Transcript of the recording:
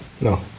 No